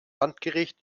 landgericht